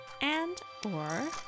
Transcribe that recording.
and/or